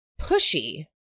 pushy